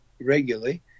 regularly